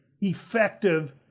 effective